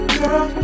girl